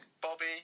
Bobby